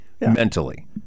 mentally